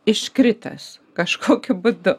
iškritęs kažkokiu būdu